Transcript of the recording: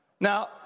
Now